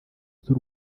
z’u